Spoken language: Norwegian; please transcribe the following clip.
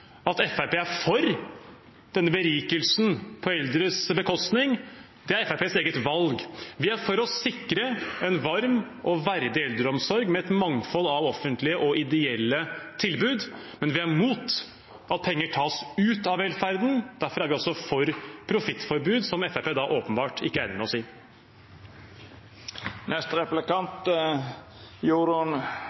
At Fremskrittspartiet er for denne berikelsen på eldres bekostning, er Fremskrittspartiets eget valg. Vi er for å sikre en varm og verdig eldreomsorg, med et mangfold av offentlige og ideelle tilbud, men vi er mot at penger tas ut av velferden. Derfor er vi også for profittforbud, som Fremskrittspartiet åpenbart ikke er enig med